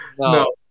No